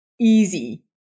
easy